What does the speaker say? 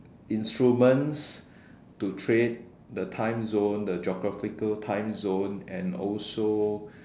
instruments to trade the time zone the geographical timezone and also